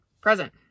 present